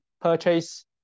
purchase